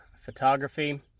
Photography